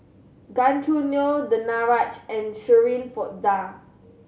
Gan Choo Neo Danaraj and Shirin Fozdar